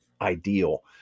ideal